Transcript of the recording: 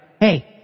Hey